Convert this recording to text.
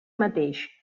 mateix